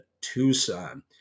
Tucson